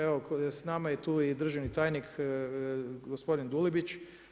Evo sa nama je tu i državni tajnik gospodin Dulibić.